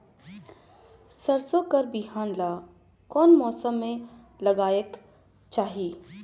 सरसो कर बिहान ला कोन मौसम मे लगायेक चाही?